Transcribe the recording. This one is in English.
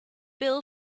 bill